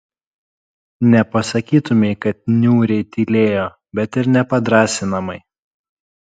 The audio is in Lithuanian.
nepasakytumei kad niūriai tylėjo bet ir ne padrąsinamai